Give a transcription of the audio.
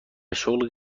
شغل